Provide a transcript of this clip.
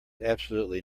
absolutely